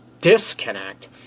disconnect